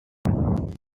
most